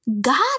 God